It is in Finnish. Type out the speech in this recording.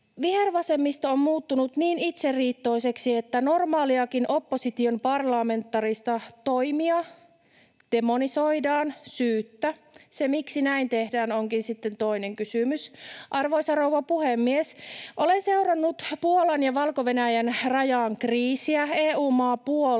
Vihervasemmisto on muuttunut niin itseriittoiseksi, että normaalejakin opposition parlamentaarisia toimia demonisoidaan syyttä. Se, miksi näin tehdään, onkin sitten toinen kysymys. Arvoisa rouva puhemies! Olen seurannut Puolan ja Valko-Venäjän rajan kriisiä. EU-maa Puolan